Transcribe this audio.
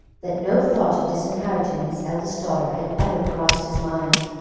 that no thought of disinheriting his eldest daughter had ever crossed his mind.